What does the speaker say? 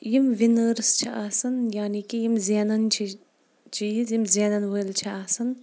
یِم ونٲرٕس چھِ آسان یعنی کہِ یِم زینان چھِ چیٖز یِم زینان وٲلۍ چھِ آسان